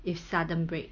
if sudden break